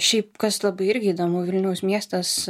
šiaip kas labai irgi įdomu vilniaus miestas